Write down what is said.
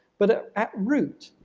but at at root,